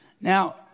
Now